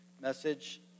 message